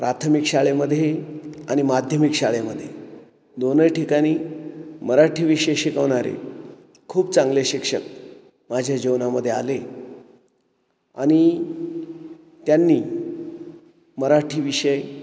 प्राथमिक शाळेमध्ये आणि माध्यमिक शाळेमध्ये दोन्ही ठिकाणी मराठी विषय शिकवणारे खूप चांगले शिक्षक माझ्या जीवनामध्ये आले आणि त्यांनी मराठी विषय